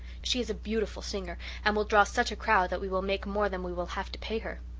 she is a beautiful singer and will draw such a crowd that we will make more than we will have to pay her.